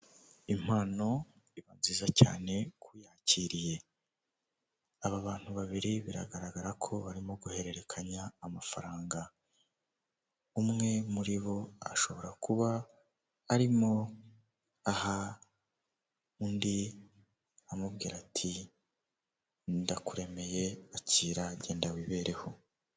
Abantu bicaye bambaye idarapo ry'u Rwanda hakaba harimo abagabo n'abagore, bakaba bafashe ku meza ndetse bafite n'amakayi imbere yabo yo kwandikamo.